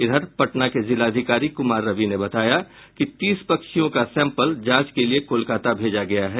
इधर पटना के जिलाधिकारी कुमार रवि ने बताया कि तीस पक्षियों का सैंपल जांच के लिये कोलकता भेजा गया है